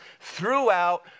throughout